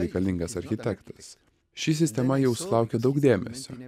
reikalingas architektas ši sistema jau sulaukė daug dėmesio